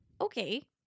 Okay